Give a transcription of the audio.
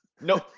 no